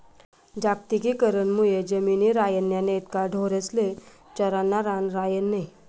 जागतिकीकरण मुये जमिनी रायन्या नैत का ढोरेस्ले चरानं रान रायनं नै